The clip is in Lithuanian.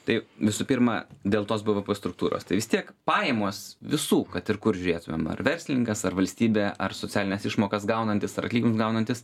tai visų pirma dėl tos bvp struktūros tai vis tiek pajamos visų kad ir kur žiūrėtumėm ar verslininkas ar valstybė ar socialines išmokas gaunantis ar atlyginimus gaunantis